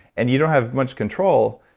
and you don't have much control.